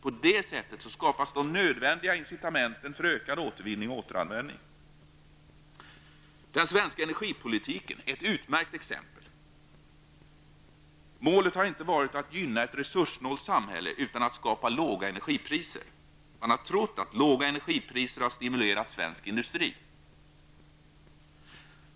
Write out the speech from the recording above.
På det sättet skapas de nödvändiga incitamenten för ökad återvinning och återanvändning. Den svenska energipolitiken är ett utmärkt exempel. Målet har inte varit att gynna ett resurssnålt samhälle utan att skapa låga energipriser. Man har trott att låga energipriser har stimulerat svensk industri.